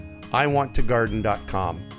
iwanttogarden.com